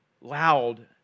loud